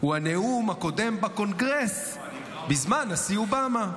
הוא הנאום הקודם בקונגרס בזמן הנשיא אובמה.